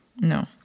No